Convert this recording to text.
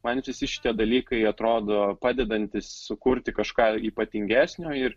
man visi šitie dalykai atrodo padedantys sukurti kažką ypatingesnio ir